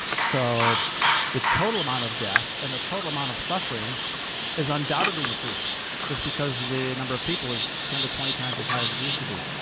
so the total amount of death and the total amount of suffering has undoubtedly increased just because the number of people is ten to twenty times as high as it used to be.